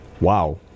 Wow